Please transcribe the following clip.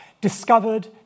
discovered